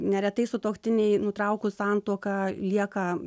neretai sutuoktiniai nutraukus santuoką lieka